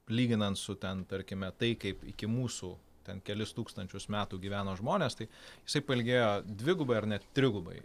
lyginant su ten tarkime tai kaip iki mūsų ten kelis tūkstančius metų gyveno žmonės tai jisai pailgėjo dvigubai ar net trigubai